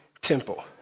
temple